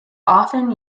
often